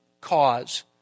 cause